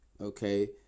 okay